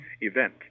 event